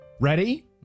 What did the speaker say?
Ready